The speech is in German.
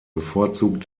bevorzugt